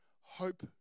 hope